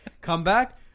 comeback